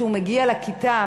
שהוא מגיע לכיתה,